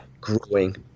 growing